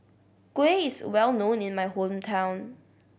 kuih is well known in my hometown